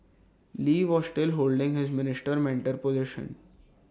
lee was still holding his minister mentor position